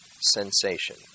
sensation